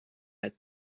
head